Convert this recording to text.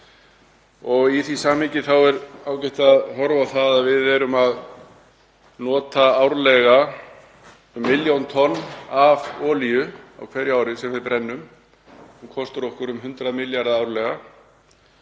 og í því samhengi er ágætt að horfa á það að við erum að nota árlega um milljón tonn af olíu sem við brennum. Hún kostar okkur um 100 milljarða árlega.